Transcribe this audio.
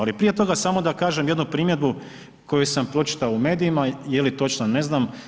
Ali prije toga, samo da kažem jednu primjedbu koju sam pročitao u medijima, je li točna ne znam.